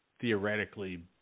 theoretically –